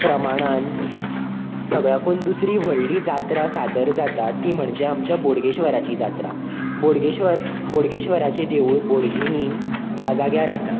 प्रमाणान सगळ्याकून दुसरी व्हडली जात्रा सादर जाता ती म्हणजे आमच्या बोडगेश्वराची जात्रा बोडगेश्वर बोडगेश्वराचे देवूळ बोडगिनी ह्या जाग्यार आसा